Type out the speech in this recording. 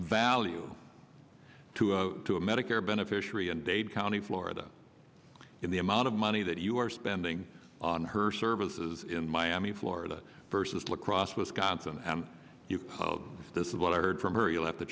value to a medicare beneficiary in dade county florida in the amount of money that you are spending on her services in miami florida versus lacrosse wisconsin and this is what i heard from her you'll have to